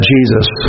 Jesus